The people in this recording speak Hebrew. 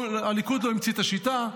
הליכוד לא המציא את השיטה,